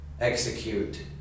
execute